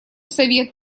совет